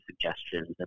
suggestions